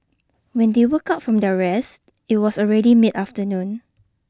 when they woke up from their rest it was already mid afternoon